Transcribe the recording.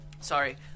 sorry